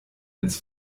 ins